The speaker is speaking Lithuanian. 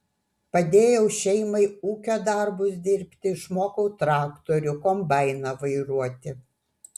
padėjau šeimai ūkio darbus dirbti išmokau traktorių kombainą vairuoti